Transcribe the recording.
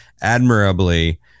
admirably